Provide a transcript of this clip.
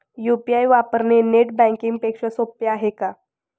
UPI वापरणे net banking पेक्षा सोपे आहे का?